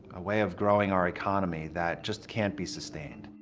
a way of growing our economy that just can't be sustained.